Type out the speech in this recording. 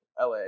la